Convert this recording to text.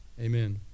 amen